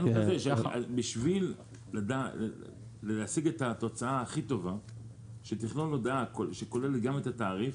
כדי להשיג את התוצאה הכי טובה שכוללת גם את התעריף,